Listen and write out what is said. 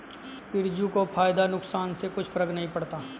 बिरजू को फायदा नुकसान से कुछ फर्क नहीं पड़ता